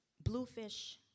Bluefish